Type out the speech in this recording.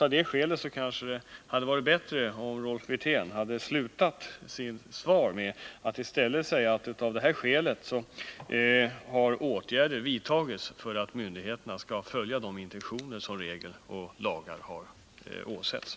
Av det skälet hade det kanske varit bättre om Rolf Wirtén hade slutat sitt svar med att säga att åtgärder på grund av det inträffade har vidtagits för att myndigheterna skall följa de intentioner som man haft med reglerna och lagarna.